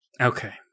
Okay